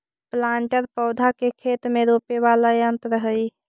planter पौधा के खेत में रोपे वाला यन्त्र हई